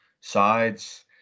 sides